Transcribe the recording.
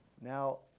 Now